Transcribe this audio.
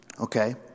Okay